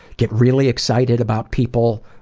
get really excited about people,